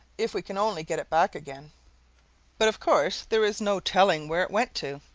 if we can only get it back again but of course there is no telling where it went to.